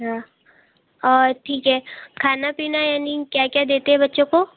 अच्छा ठीक है खाना पीना यानी क्या क्या देते हैं बच्चों को